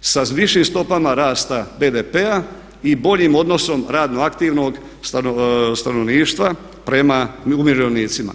sa višim stopama rasta BDP-a i boljim odnosom radno aktivnog stanovništva prema umirovljenicima.